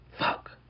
Fuck